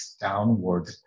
downward